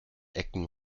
ecken